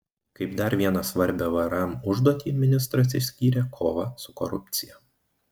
kaip dar vieną svarbią vrm užduotį ministras išskyrė kovą su korupcija